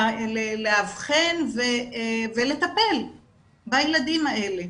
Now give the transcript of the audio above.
לאבחן ולטפל בילדים האלה.